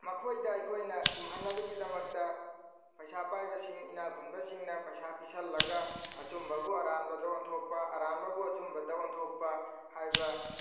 ꯃꯈꯣꯏꯗ ꯑꯩꯈꯣꯏꯅ ꯆꯨꯝꯍꯟꯅꯕꯒꯤꯗꯃꯛꯇ ꯄꯩꯁꯥ ꯄꯥꯏꯕꯁꯤꯡ ꯏꯅꯥ ꯈꯨꯟꯕꯁꯤꯡꯅ ꯄꯩꯁꯥ ꯄꯤꯁꯤꯜꯂꯒ ꯑꯆꯨꯝꯕꯕꯨ ꯑꯔꯥꯟꯕꯗ ꯑꯣꯟꯊꯣꯛꯄ ꯑꯔꯥꯟꯕꯕꯨ ꯑꯆꯨꯝꯕꯗ ꯑꯣꯟꯊꯣꯛꯄ ꯍꯥꯏꯕ